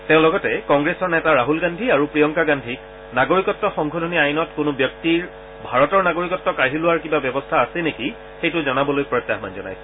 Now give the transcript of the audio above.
তেওঁ লগতে কংগ্ৰেছৰ নেতা ৰাহ্ল গান্ধী আৰু প্ৰিয়ংকা গান্ধীক নাগৰিকত্ব সংশোধনী আইনত কোনো ব্যক্তিৰ ভাৰতৰ নাগৰিকত্ব কাঢ়ি লোৱাৰ কিবা ব্যৱস্থা আছে নেকি সেইটো জনাবলৈ প্ৰত্যাহ্বান জনাইছে